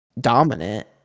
dominant